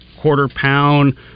quarter-pound